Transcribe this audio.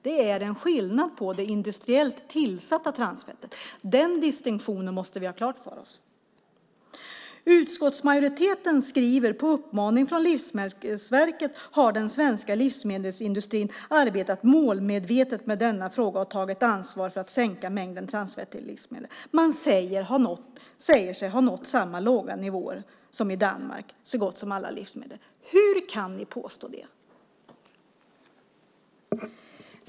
Det är skillnad på det industriellt tillsatta transfettet. Den distinktionen måste vi ha klar för oss. Utskottsmajoriteten skriver: På uppmaning av Livsmedelsverket har den svenska livsmedelsindustrin arbetat målmedvetet med denna fråga och tagit ansvar för att sänka mängden transfett i livsmedel. Man säger sig ha nått samma låga nivåer som Danmark för så gott som alla livsmedel. Hur kan ni påstå det?